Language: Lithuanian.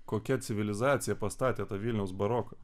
kokia civilizacija pastatė tą vilniaus baroką